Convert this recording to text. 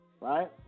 right